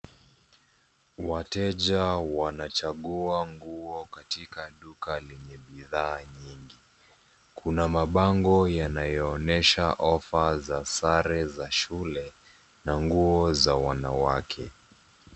Wateja wanachagua nguo katika duka lenye bidhaa nyingi. Kuna mabango yanayoonyesha ofa za sare za shule na nguo za wanawake.